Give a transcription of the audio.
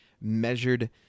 measured